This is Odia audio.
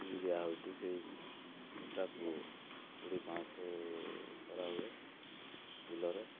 ଫିଙ୍ଗି ଦିଆ ହେଉଛି ସେଇ ଗୁଟାକୁ କୋଡ଼ିଏ ପାଞ୍ଚଶହ କରାହୁଏ ବିଲରେ